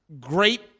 great